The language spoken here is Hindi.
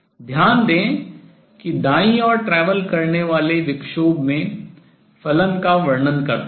ध्यान दें कि f दाईं ओर travel यात्रा करने वाले विक्षोभ में फलन का वर्णन करता है